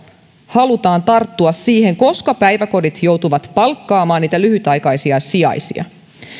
halutaan tarttua siihen koska päiväkodit joutuvat palkkaamaan niitä lyhytaikaisia sijaisia